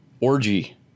Orgy